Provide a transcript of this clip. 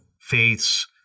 faiths